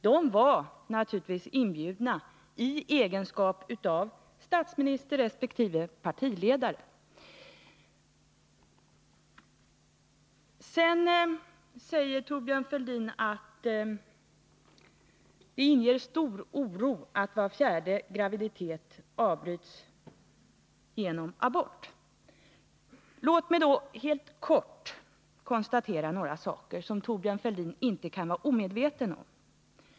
De var naturligtvis inbjudna i egenskap av statsminister resp. partiledare och partisekreterare. Thorbjörn Fälldin säger att det inger stor oro att var fjärde graviditet avbryts genom abort. Låt mig då helt kort konstatera några saker som Thorbjörn Fälldin inte kan vara omedveten om.